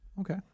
Okay